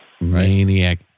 Maniac